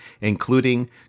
including